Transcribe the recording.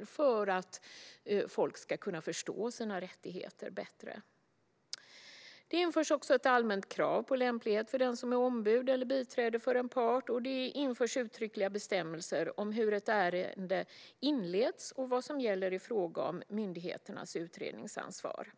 viktiga för att folk ska kunna förstå sina rättigheter bättre. Det införs ett allmänt krav på lämplighet för den som är ombud eller biträde för en part. Det införs uttryckliga bestämmelser om hur ett ärende inleds och vad som gäller i fråga om myndigheternas utredningsansvar.